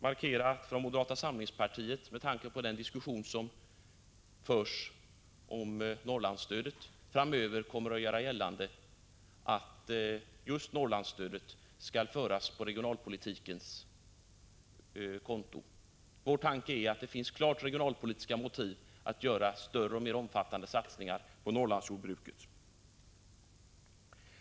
Med tanke på den diskussion som förs om Norrlandsstödet kan jag markera från moderaterna att vi kommer att göra gällande att just Norrlandsstödet skall föras på regionalpolitikens konto. Vår tanke är att det finns klart regionalpolitiska motiv för att göra större och mer omfattande satsningar på Norrlandsjordbruket.